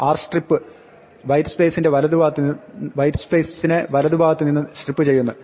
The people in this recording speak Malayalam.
rstrip വൈറ്റ് സ്പേസിന്റെ വലതുഭാഗത്ത് നിന്ന് സ്ട്രിപ്പ് ചെയ്യുന്നു